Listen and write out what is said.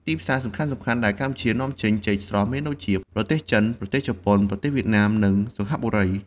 ទីផ្សារសំខាន់ៗដែលកម្ពុជានាំចេញចេកស្រស់មានដូចជា ប្រទេសចិន ប្រទេសជប៉ុន ប្រទេសវៀតណាម និងសិង្ហបុរី។